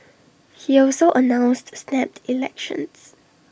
he also announced snap elections